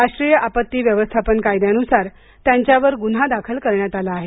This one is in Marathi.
राष्ट्रीय आपत्ती व्यवस्थापन कायद्यान्सार त्यांच्यावर गुन्हा दाखल करण्यात आला आहे